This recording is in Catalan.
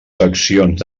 seccions